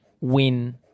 win